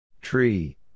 Tree